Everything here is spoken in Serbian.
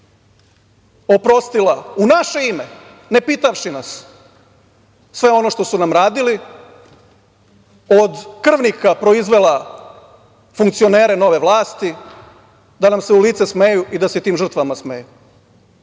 oprostila u naše ime, ne pitavši nas, sve ono što su nam radili, od krvnika proizvela funkcionere nove vlasti da nam se u lice smeju i da se tim žrtvama smeju. Taj